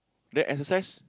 then exercise